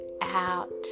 out